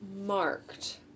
marked